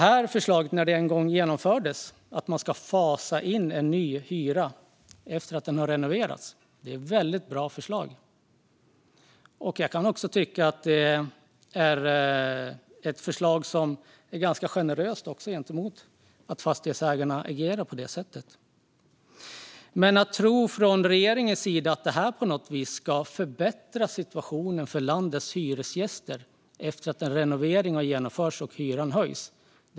När förslaget att man ska fasa in en ny hyra efter renovering en gång genomfördes var det ett väldigt bra förslag. Jag kan också tycka att det är ett förslag som är ganska generöst, om nu fastighetsägarna agerar på det sättet. Men det är naivt av regeringen att tro att det här på något vis ska förbättra situationen för landets hyresgäster efter att en renovering har genomförts och hyran höjs.